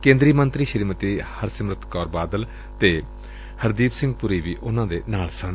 ਕੇਦਰੀ ਮੰਤਰੀ ਸ੍ਰੀਮਤੀ ਹਰਸਿਮਰਤ ਕੌਰ ਬਾਦਲ ਅਤੇ ਹਰਦੀਪ ਸਿੰਘ ਪੁਰੀ ਵੀ ਉਨਾਂ ਦੇ ਨਾਲ ਸਨ